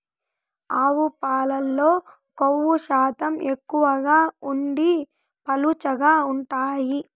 ఆవు పాలల్లో కొవ్వు శాతం తక్కువగా ఉండి పలుచగా ఉంటాయి